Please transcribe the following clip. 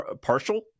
partial